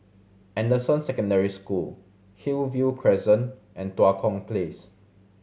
Anderson Secondary School Hillview Crescent and Tua Kong Place